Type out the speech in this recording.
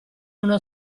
uno